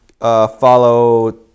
follow